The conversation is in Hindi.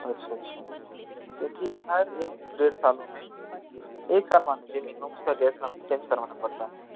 अच्छा अच्छा क्योंकि हर एक डेढ़ सालों में एक साल मान लीजिए मिनिमम उसका गैस ना चेंज करवाना पड़ता है